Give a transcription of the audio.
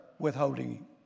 withholding